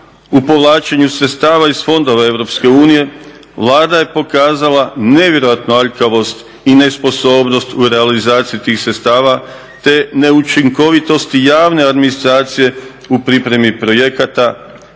u povlačenju sredstava iz fondova EU Vlada je pokazala nevjerojatnu aljkavost i nesposobnost u realizaciji tih sredstava te neučinkovitost javne administracije u pripremi projekata